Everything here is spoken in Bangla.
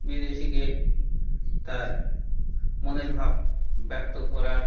বিদেশিকে তার মনের ভাব ব্যাক্ত করার